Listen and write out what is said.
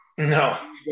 no